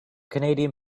canadian